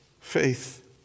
faith